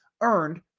earned